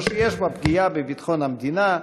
או שיש בה פגיעה בביטחון המדינה,